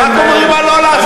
רק אומרים מה לא לעשות,